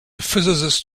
physicist